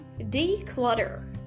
declutter